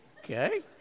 okay